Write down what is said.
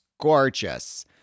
gorgeous